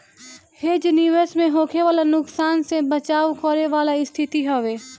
hedge निवेश में होखे वाला नुकसान से बचाव करे वाला स्थिति हवे